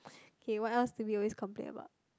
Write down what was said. okay what else do we always complain about